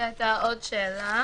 הייתה לי עוד שאלה